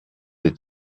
des